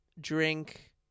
drink